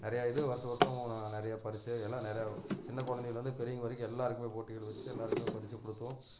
நிறையா இது வருஷோம் வருஷோம் நான் நிறைய பரிசு எல்லாம் நிறையா சின்ன குழந்தையிலருந்து பெரியவங்க வரைக்கும் எல்லாருக்குமே போட்டிகள் வச்சி எல்லாருக்குமே பரிசு கொடுத்தோம்